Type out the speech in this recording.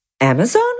Amazon